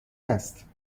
است